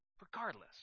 Regardless